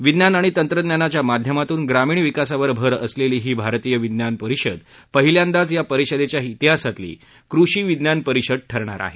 विज्ञान आणि तंत्रज्ञानाच्या माध्यमातून ग्रामीण विकासावर भर असलेली ही भारतीय विज्ञान परिषद पहिल्यादाच या परिषदेच्या शिवहासातली कृषी विज्ञान परिषद ठरणार आहे